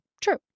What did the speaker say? true